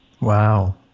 wow